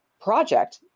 project